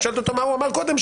את שואלת אותו מה הוא אמר קודם.